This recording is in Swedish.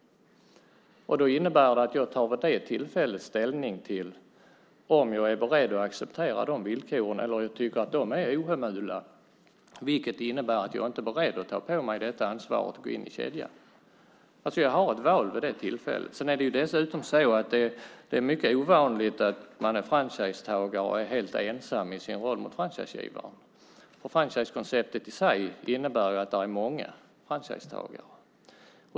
Vid det tillfället tar jag ställning till om jag är beredd att acceptera de villkoren eller om jag tycker att de är ohemula, vilket innebär att jag inte är beredd att ta på mig det ansvaret och gå in i kedjan. Jag har ett val vid det tillfället. Dessutom är det mycket ovanligt att man som franchisetagare är helt ensam i sin roll mot franchisegivaren. Franchisekonceptet i sig innebär att det är många franchisetagare.